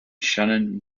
sharon